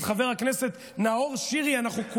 חבר הכנסת גלעד קריב, אתה